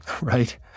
right